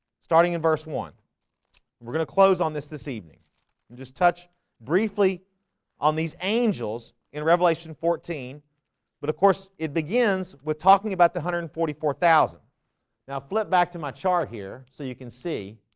starting in verse one we're gonna close on this this evening and just touch briefly on these angels in revelation fourteen but of course it begins with talking about the hundred and forty-four thousand now flip back to my chart here so you can see